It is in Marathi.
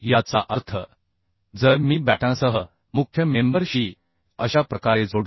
याचा अर्थ जर मी बॅटनसह मुख्य मेंबर शी अशा प्रकारे जोडले